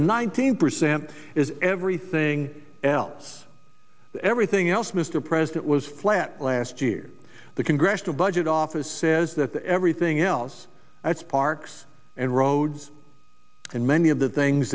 and nineteen percent is everything else everything else mr president was flat last year the congressional budget office says that the everything else that's parks and roads and many of the things